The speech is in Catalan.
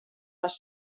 les